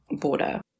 border